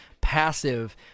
passive